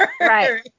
Right